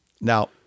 Now